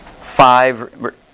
five